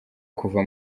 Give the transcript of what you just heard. kuva